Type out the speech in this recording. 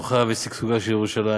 לפיתוחה ולשגשוגה של ירושלים.